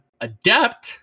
Adept